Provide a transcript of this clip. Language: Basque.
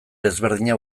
ezberdina